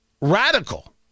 radical